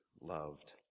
loved